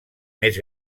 més